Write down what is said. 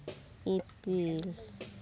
ᱤᱯᱤᱞ